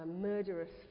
murderous